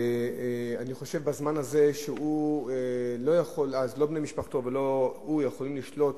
אני חושב שבזמן הזה לא הוא ולא בני משפחתו יכולים לשלוט